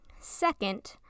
Second